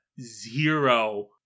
zero